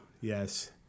yes